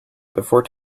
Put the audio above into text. before